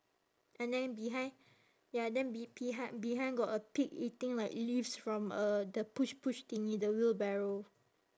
and then behind ya then be~ behind behind got a pig eating like leaves from uh the push push thingy the wheelbarrow